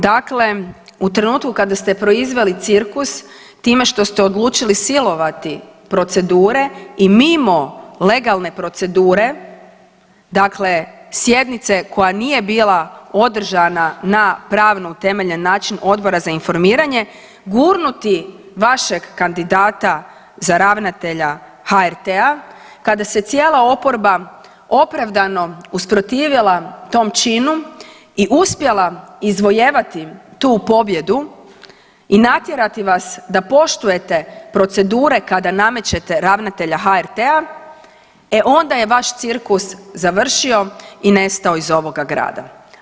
Dakle, u trenutku kada ste proizveli cirkus time što ste odlučili silovati procedure i mimo legalne procedure dakle sjednice koja nije bila održana na pravno utemeljen način Odbora za informiranje gurnuti vašeg kandidata za ravnatelja HRT-a, kada se cijela oporba opravdano usprotivila tom činu i uspjela izvojevati tu pobjedu i natjerati vas da poštujete procedure kada namećete ravnatelja HRT-a e onda je vaš cirkus završio i nestao iz ovoga grada.